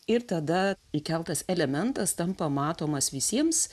ir tada įkeltas elementas tampa matomas visiems